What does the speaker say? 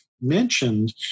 mentioned